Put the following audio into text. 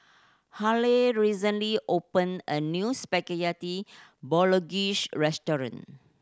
Haley recently opened a new Spaghetti Bolognese restaurant